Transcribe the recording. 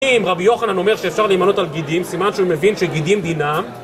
רבי יוחנן אומר שאפשר להימנות על גידים, סימן שהוא מבין שגידים דינם